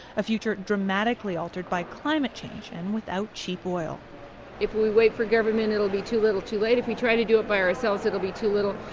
a future dramatically altered by climate change and without cheap oil if we wait for government, it'll be too little, too late. if we try to do it by ourselves, it'll be too little.